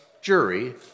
jury